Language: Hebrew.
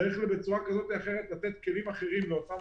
צריך בצורה כזאת או אחרת לתת כלים אחרים לאותן